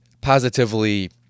positively